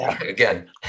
Again